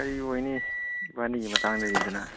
ꯀꯔꯤ ꯑꯣꯏꯅꯤ ꯏꯕꯥꯅꯤꯒꯤ ꯃꯇꯥꯡꯗꯅꯤꯗꯅ